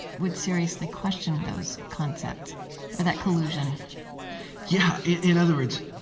would seriously question those concepts or that collusion yeah. in other words,